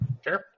Sure